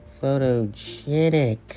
Photogenic